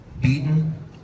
beaten